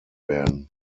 werden